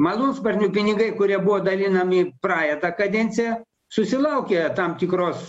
malūnsparnių pinigai kurie buvo dalinami praeitą kadenciją susilaukė tam tikros